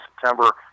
September